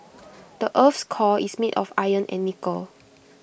the Earth's core is made of iron and nickel